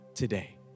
today